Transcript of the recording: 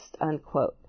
unquote